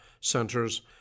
centers